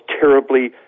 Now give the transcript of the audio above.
terribly